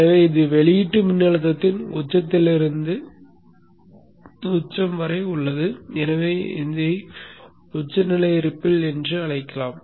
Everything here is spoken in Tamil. எனவே இது வெளியீட்டு மின்னழுத்தத்தின் உச்சத்திலிருந்து உச்சநிலை வரை உள்ளது எனவே இதை உச்சநிலை ரிப்பில் என்று அழைக்கலாம்